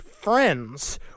friends